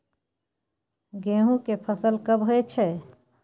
गेहूं के फसल कब होय छै?